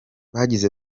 bagize